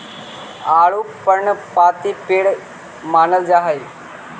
आडू पर्णपाती पेड़ मानल जा हई